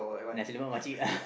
nasi-lemak makcik